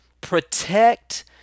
Protect